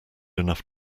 enough